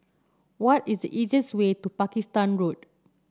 what is the easiest way to Pakistan Road